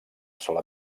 sola